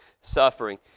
suffering